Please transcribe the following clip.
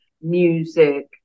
music